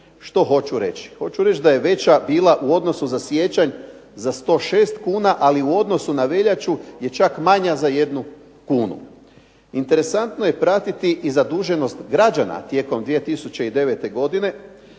Što hoću reći? Hoću reći da je veća bila u odnosu na siječanj za 106 kuna, ali u odnosu na veljaču je čak manja za jednu kunu. Interesantno je pratiti i zaduženost građana tijekom 2009. godine,